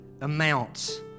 amounts